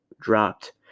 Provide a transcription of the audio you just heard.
dropped